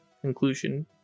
conclusion